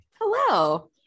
Hello